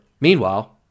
Meanwhile